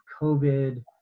COVID